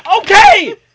Okay